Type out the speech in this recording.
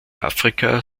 afrika